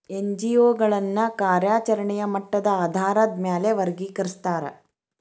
NGO ಗಳನ್ನ ಕಾರ್ಯಚರೆಣೆಯ ಮಟ್ಟದ ಆಧಾರಾದ್ ಮ್ಯಾಲೆ ವರ್ಗಿಕರಸ್ತಾರ